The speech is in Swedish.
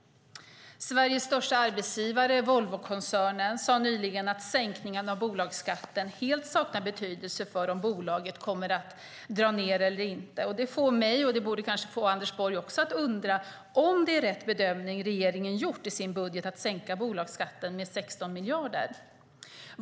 Sveriges största arbetsgivare, Volvokoncernen, sade nyligen att sänkningen av bolagsskatten helt saknar betydelse för om bolaget kommer att dra ned eller inte. Det får mig, och det borde kanske få även Anders Borg, att undra om det är rätt bedömning regeringen gjort i sin budget att sänka bolagsskatten med 16 miljarder kronor.